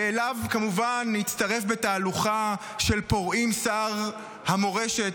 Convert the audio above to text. ואליו כמובן הצטרף בתהלוכה של פורעים שר המורשת,